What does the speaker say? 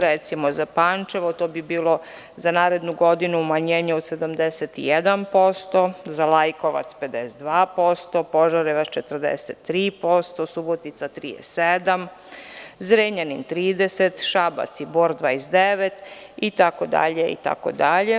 Recimo za Pančevo to bi bilo za narednu godinu umanjenje od 71%, za Lajkovac 52%, Požarevac 43%, Subotica 37%, Zrenjanin 30%, Šabac i Bor 29%, itd, itd.